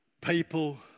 people